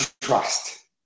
trust